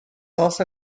also